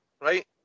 right